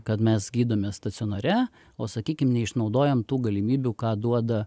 kad mes gydome stacionare o sakykim neišnaudojam tų galimybių ką duoda